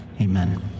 Amen